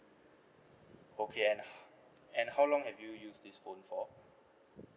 okay and and how long have you use this phone for